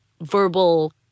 verbal